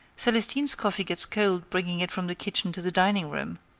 celestine's coffee gets cold bringing it from the kitchen to the dining-room.